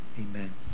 amen